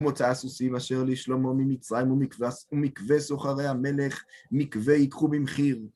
מוצא הסוסים אשר לשלמה ממצרים ומקווה סוחרי המלך מקווה ייקחו במחיר.